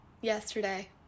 yesterday